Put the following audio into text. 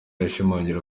ashimangira